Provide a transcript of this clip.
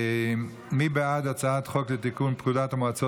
מי בעד הצעת החוק לתיקון פקודת המועצות